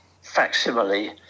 facsimile